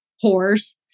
horse